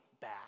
back